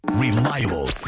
Reliable